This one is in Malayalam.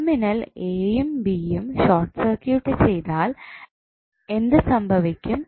ടെർമിനൽ എ യും ബി യും ഷോർട്ട് സർക്യൂട്ട് ചെയ്താൽ എന്ത് സംഭവിക്കും